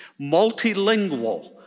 multilingual